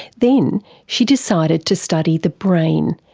then she decided to study the brain,